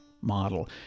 model